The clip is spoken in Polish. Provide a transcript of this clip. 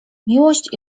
miłość